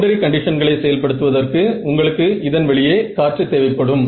boundary கண்டிஷன்களை செயல் படுத்துவதற்கு உங்களுக்கு இதன் வெளியே காற்று தேவை படும்